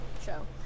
show